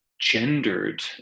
gendered